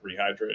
rehydrated